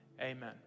Amen